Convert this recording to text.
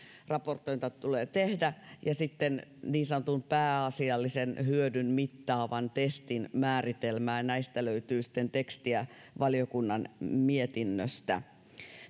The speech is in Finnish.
raportointi tulee tehdä ja sitten niin sanotun pääasiallisen hyödyn mittaavan testin määritelmä näistä löytyy sitten tekstiä valiokunnan mietinnöstä